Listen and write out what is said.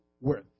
worth